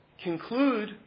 conclude